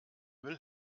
müll